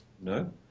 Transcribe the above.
No